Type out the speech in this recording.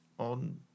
on